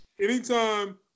anytime